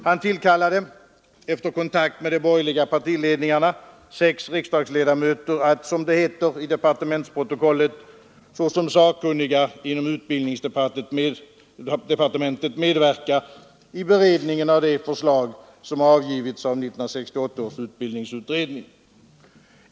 Han tillkallade, efter kontakt med de borgerliga partiledarna, sex riksdagsledamöter att, som det heter i departementsprotokollet, såsom sakkunniga inom utbildningsdepartementet medverka i beredningen av de förslag som avgivits av 1968 års utbildningsutredning.